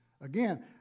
Again